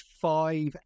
five